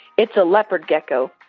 it's a leopard gecko.